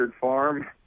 farm